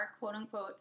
quote-unquote